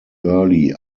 early